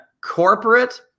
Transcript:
corporate